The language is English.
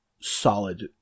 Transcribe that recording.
solid